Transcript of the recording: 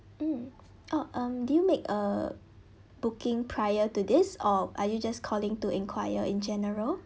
mm [oh} um did you make a booking prior to this or are you just calling to enquire in general